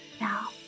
Now